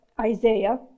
Isaiah